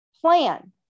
plan